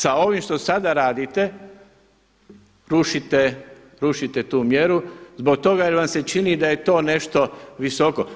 Sa ovim što sada radite rušite tu mjeru zbog toga jer vam se čini da je to nešto visoko.